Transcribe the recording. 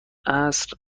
عصر